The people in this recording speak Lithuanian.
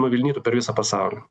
nuvilnytų per visą pasaulį